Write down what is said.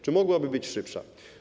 Czy mogłaby być szybsza?